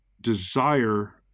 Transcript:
desire